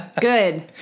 Good